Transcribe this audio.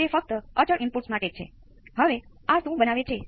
તો આનો વાસ્તવિક ભાગ શું છે